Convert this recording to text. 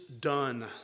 done